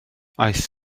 aeth